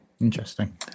Interesting